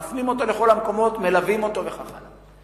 מפנים אותו לכל המקומות, מלווים אותו וכך הלאה.